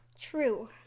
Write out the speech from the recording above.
True